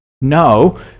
no